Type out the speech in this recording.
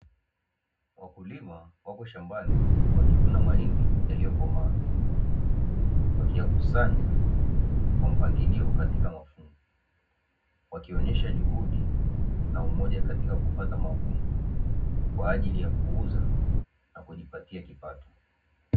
Wakulima wapo shambani wakivuna mahindi yaliyokomaa wakiyakusanya kwa mpangilio katika mafungu, wakionyesha juhudi na umoja katika kupata mavuno kwa ajili ya kuuza na kujipatia kipato.